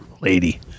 lady